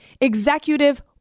executive